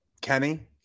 Kenny